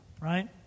right